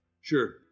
Sure